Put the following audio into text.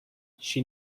she